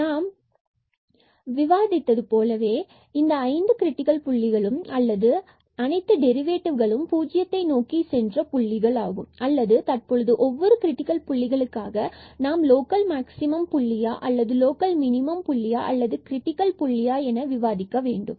எனவே நாம் விவாதித்தை போல இந்த ஐந்து கிரிட்டிக்கல் புள்ளிகளும் அல்லது அனைத்து டெரிவேடிவ்களும் பூஜ்ஜியத்தை நோக்கி சென்ற புள்ளிகள் அல்லது மற்றும் தற்பொழுது ஒவ்வொரு கிரிட்டிக்கல் புள்ளிகளுக்காக நாம் இது லோக்கல் மாக்ஸிமம் புள்ளியா அல்லது லோகல் மினிமல் புள்ளியா அல்லது கிரிடிக்கல் புள்ளியா என விவாதிக்க வேண்டும்